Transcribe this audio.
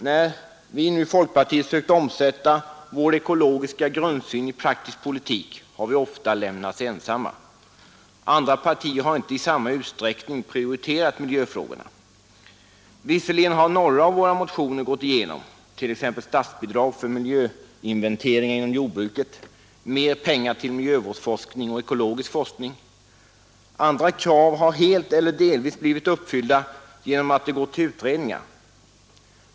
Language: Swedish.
När folkpartiet sökt omsätta sin ekologiska grundsyn i praktisk politik har vi ofta lämnats ensamma. Andra partier har inte i samma utsträckning prioriterat miljöfrågorna. Visserligen har några av våra motioner gått igenom, t.ex. om statsbidrag för miljöinvesteringar inom jordbruket, mer pengar till miljövårdsforskning och ekologisk forskning. Andra krav har helt eller delvis blivit uppfyllda genom att de gått till utredningar.